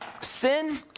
Sin